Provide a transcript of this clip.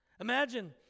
Imagine